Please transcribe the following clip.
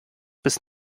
bis